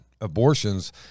abortions